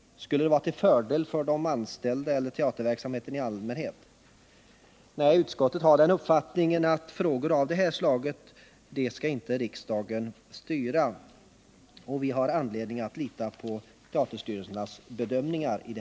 Skulle det vara till fördel för de anställda eller teaterverksamheten i allmänhet? Nej, utskottet har den uppfattningen att riksdagen inte skall styra när det gäller frågor av det här slaget, och vi har anledning att i detta fall lita på teaterstyrelsernas bedömningar.